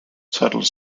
tuttle